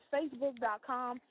Facebook.com